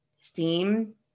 seem